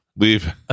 Leave